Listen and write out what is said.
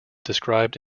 described